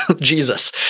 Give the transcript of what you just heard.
Jesus